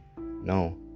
No